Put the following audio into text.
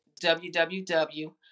www